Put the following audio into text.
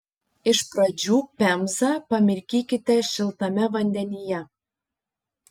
iš pradžių pemzą pamirkykite šiltame vandenyje